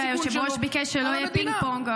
כי היושב-ראש ביקש שלא יהיה פינג פונג,